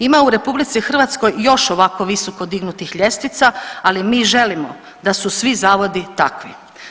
Ima u RH još ovako visoko dignutih ljestvica, ali mi želimo da su svi zavodi takvi.